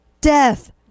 death